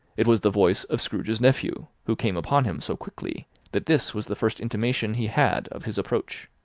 it was the voice of scrooge's nephew, who came upon him so quickly that this was the first intimation he had of his approach.